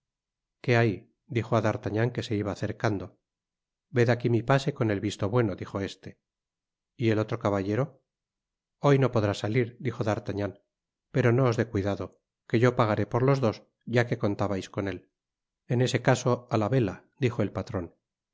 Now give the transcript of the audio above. qué hay dijo á dartagnan que se iba acercando ved aqui mi pase con el visto bueno dijo este y el otro caballero hoy no podrá salir dijo d'artagnan pero no os dé cuidado que yo pagaré por los dos ya que contabais con él en este caso a la vela dijo el patron